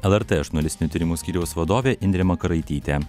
lrt žurnalistinių tyrimų skyriaus vadovė indrė makaraitytė